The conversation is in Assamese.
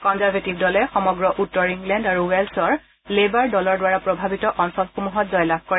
কনজাৰভেটিভ দলে সমগ্ৰ উত্তৰ ইংলেণ্ড আৰু ৱেল্ছৰ লেবাৰ দলৰ দ্বাৰা প্ৰভাৱিত অঞ্চলসমূহত জয়লাভ কৰে